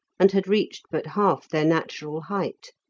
and had reached but half their natural height.